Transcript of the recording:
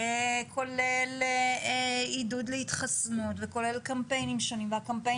כולל עידוד להתחסנות וכולל קמפיינים שונים והקמפיין